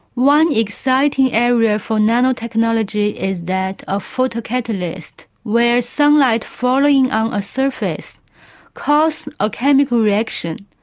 one exciting area for nanotechnology is that of photo catalysts, where sunlight falling on a surface causes a chemical reaction.